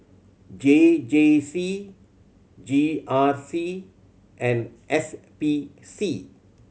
J J C G R C and S P C